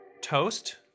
toast